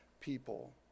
people